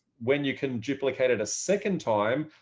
when you can duplicate it a second time,